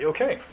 Okay